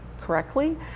correctly